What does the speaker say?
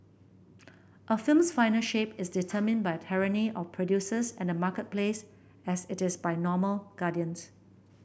a film's final shape is determined by the tyranny of producers and the marketplace as it is by moral guardians